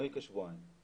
לפני כשבועיים.